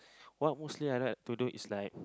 what mostly I like to do is like